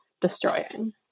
destroying